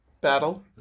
battle